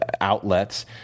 outlets